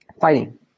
Fighting